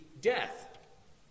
death